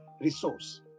resource